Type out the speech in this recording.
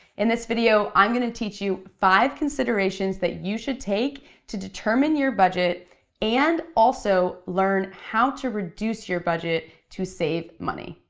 in this video, i'm gonna teach you five considerations that you should take to determine your budget and also learn how to reduce your budget to save money.